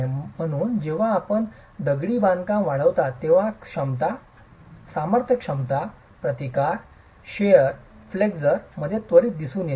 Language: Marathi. म्हणून जेव्हा आपण दगडी बांधकाम वाढविता तेव्हा क्षमता सामर्थ्य क्षमता प्रतिकार शेअर फ्लेक्सर मध्ये त्वरित दिसून येते